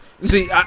See